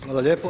Hvala lijepo.